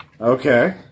Okay